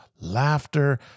laughter